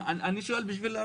אני שואל בשביל להבין.